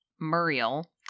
muriel